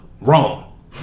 wrong